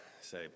say